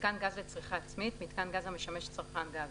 "מיתקן גז לצריכה עצמית" מיתקן גז המשמש צרכן גז,